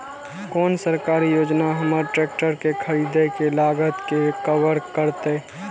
कोन सरकारी योजना हमर ट्रेकटर के खरीदय के लागत के कवर करतय?